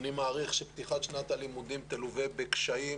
אני מעריך שפתיחת שנת הלימודים תלווה בקשיים